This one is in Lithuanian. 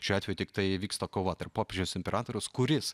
šiuo atveju tiktai vyksta kova tarp popiežiaus imperatoriaus kuris